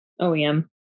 OEM